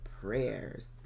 prayers